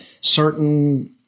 certain